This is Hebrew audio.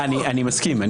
אני מסכים.